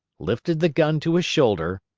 lifted the gun to his shoulder,